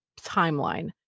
timeline